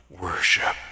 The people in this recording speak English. worship